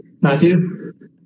matthew